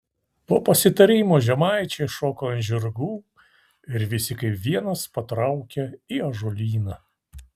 po pasitarimo žemaičiai šoko ant žirgų ir visi kaip vienas patraukė į ąžuolyną